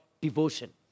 devotion